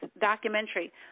documentary